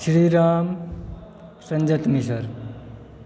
Shri Ram Sanjat Miescher